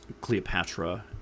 Cleopatra